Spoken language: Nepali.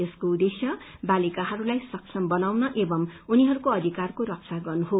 यसको उद्देश्य बालिकाहरूलाई सक्षम बनाउन एवं उनीहरूको अधिकारको रक्षा गर्नु हो